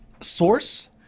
Source